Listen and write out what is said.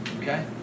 okay